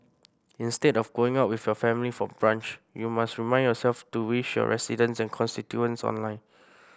instead of going out with your family for brunch you must remind yourself to wish your residents and constituents online